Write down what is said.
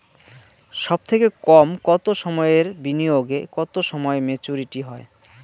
সবথেকে কম কতো সময়ের বিনিয়োগে কতো সময়ে মেচুরিটি হয়?